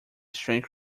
strange